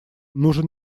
нужен